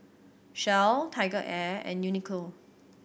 Shell TigerAir and Uniqlo